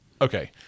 Okay